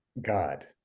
God